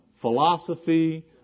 philosophy